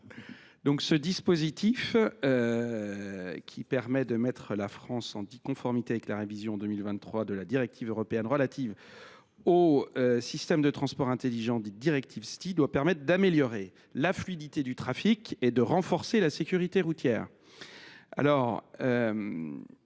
Ce dispositif, qui a pour objet de mettre la France en conformité avec la révision en 2023 de la directive européenne relative aux systèmes de transport intelligents, dite directive STI, doit permettre d’améliorer la fluidité du trafic et de renforcer la sécurité routière.